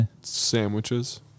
sandwiches